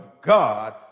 God